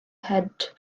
had